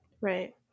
Right